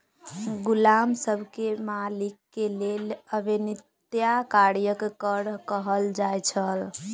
गुलाम सब के मालिक के लेल अवेत्निया कार्यक कर कहल जाइ छल